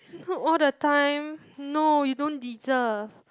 all the time no you don't deserve